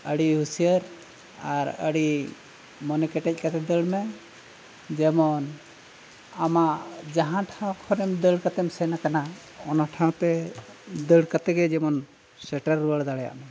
ᱟᱹᱰᱤ ᱦᱩᱥᱭᱟᱹᱨ ᱟᱨ ᱟᱹᱰᱤ ᱢᱚᱱᱮ ᱠᱮᱴᱮᱡ ᱠᱟᱛᱮ ᱫᱟᱹᱲ ᱢᱮ ᱡᱮᱢᱚᱱ ᱟᱢᱟᱜ ᱡᱟᱦᱟᱸ ᱴᱷᱟᱶ ᱠᱷᱚᱱᱮᱢ ᱫᱟᱹᱲ ᱠᱟᱛᱮᱢ ᱥᱮᱱ ᱟᱠᱟᱱᱟ ᱚᱱᱟ ᱴᱷᱟᱶ ᱛᱮ ᱫᱟᱹᱲ ᱠᱟᱛᱮ ᱜᱮ ᱡᱮᱢᱚᱱ ᱥᱮᱴᱮᱨ ᱨᱩᱣᱟᱹᱲ ᱫᱟᱲᱮᱭᱟᱜ ᱢᱮ